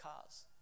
cars